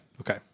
Okay